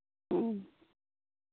ᱦᱩᱸ